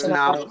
now